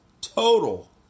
total